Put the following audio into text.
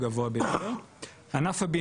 כ- 90% משכו את הכספים,